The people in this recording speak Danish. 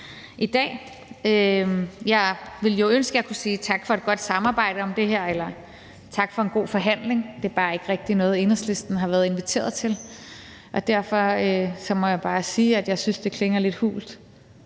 Jeg ville jo ønske, at jeg kunne sige tak for et godt samarbejde om det her eller tak for en god forhandling. Det er bare ikke noget, Enhedslisten rigtig har været inviteret til. Derfor må jeg bare sige, at jeg synes, at det klinger lidt hult,